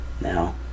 now